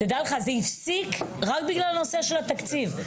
תדע לך, זה הפסיק רק בגלל הנושא של התקציב.